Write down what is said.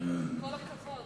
עם כל הכבוד.